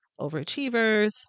overachievers